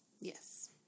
Yes